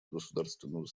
государственного